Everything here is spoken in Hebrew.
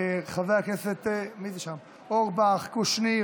חבר הכנסת אורבך, קושניר.